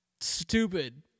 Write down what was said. stupid